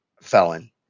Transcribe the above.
Felon